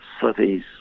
cities